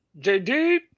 JD